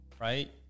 right